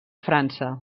frança